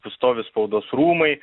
stovi spaudos rūmai